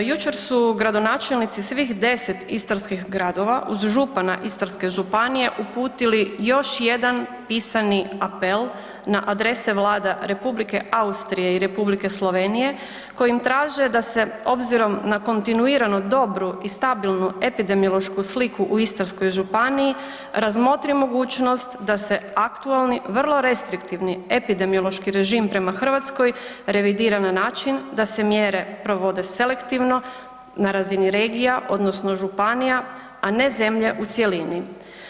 Jučer su gradonačelnici svih 10 istarskih gradova uz župana Istarske županije uputili još jedan pisani apel na adrese Vlada Republike Austrije i Republike Slovenije, kojim traže da se obzirom na kontinuirano dobru i stabilnu epidemiološku sliku u Istarskoj županiji razmotri mogućnost da se aktualni vrlo restriktivni epidemiološki režim prema Hrvatskoj revidira na način da se mjere provede selektivno, na razini regija, odnosno županija, a ne zemlje u cjelini.